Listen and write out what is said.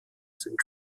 sind